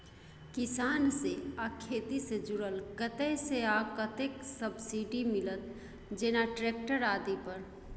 किसान से आ खेती से जुरल कतय से आ कतेक सबसिडी मिलत, जेना ट्रैक्टर आदि पर?